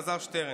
אלעזר שטרן,